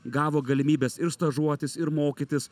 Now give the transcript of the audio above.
gavo galimybes ir stažuotis ir mokytis